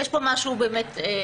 יש כאן משהו מוזר.